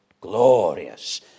glorious